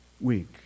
week